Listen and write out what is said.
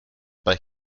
bei